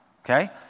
okay